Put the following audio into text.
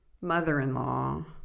mother-in-law